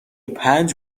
پنج